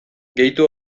gehitu